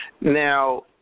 Now